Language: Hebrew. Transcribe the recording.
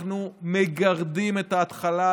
אנחנו מגרדים את ההתחלה.